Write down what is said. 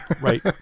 Right